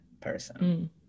person